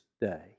day